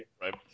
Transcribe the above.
Right